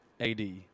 AD